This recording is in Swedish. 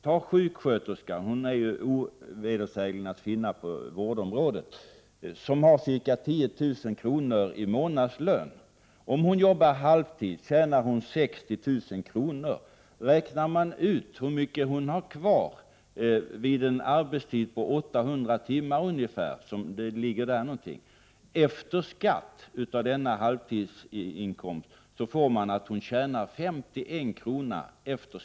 Ta sjuksköterskan, hon är ovedersägligen att finna på vårdområdet, som har ca 10 000 kr. i månadslön. Om hon jobbar halvtid tjänar hon 60 000 kr. Räknar man ut hur mycket hon har kvar efter skatt, vid en arbetstid på ungefär 800 timmar, får man fram att hon tjänar 51 kr.